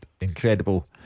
incredible